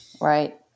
Right